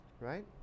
right